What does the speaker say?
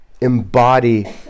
embody